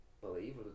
believe